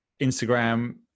Instagram